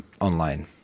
online